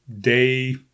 day